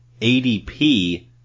ADP